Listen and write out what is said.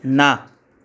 ના